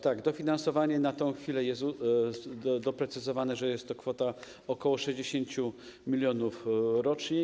Tak, dofinansowanie na tę chwilę jest doprecyzowane, że jest to kwota ok. 60 mln rocznie.